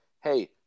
hey